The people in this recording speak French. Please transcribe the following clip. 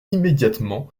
immédiatement